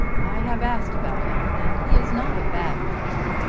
i have asked about him, and he is not a bad fellow.